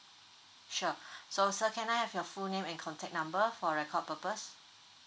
sure so sir can I have your full name and contact number for record purpose